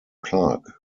clark